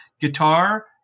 guitar